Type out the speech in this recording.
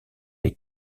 les